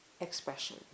expression